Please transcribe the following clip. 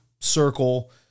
circle